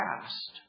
past